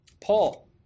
Paul